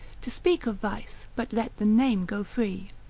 to speak of vice, but let the name go free.